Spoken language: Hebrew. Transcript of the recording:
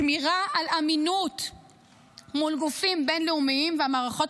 שמירה על אמינות מול גופים בין-לאומיים והמערכות